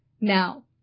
now